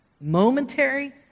momentary